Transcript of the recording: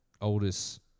oldest